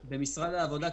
במשרד העבודה,